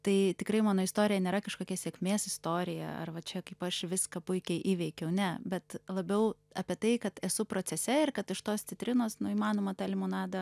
tai tikrai mano istorija nėra kažkokia sėkmės istorija ar va čia kaip aš viską puikiai įveikiau ne bet labiau apie tai kad esu procese ir kad iš tos citrinos nu įmanoma tą limonadą